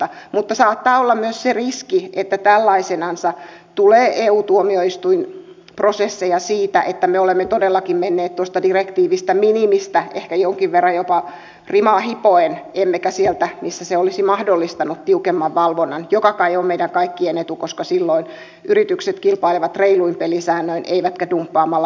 mutta saattaa olla myös se riski että tällaisenansa tulee eu tuomioistuinprosesseja siitä että me olemme todellakin menneet tuosta direktiivin minimistä ehkä jonkin verran jopa rimaa hipoen emmekä sieltä missä se olisi mahdollistanut tiukemman valvonnan joka kai on meidän kaikkien etu koska silloin yritykset kilpailevat reiluin pelisäännöin eivätkä dumppaamalla palkkaehtoja